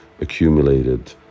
accumulated